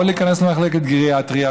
או להיכנס למחלקת גריאטריה,